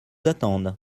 attendent